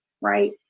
right